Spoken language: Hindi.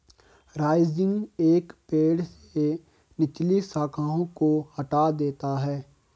राइजिंग एक पेड़ से निचली शाखाओं को हटा देता है